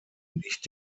nicht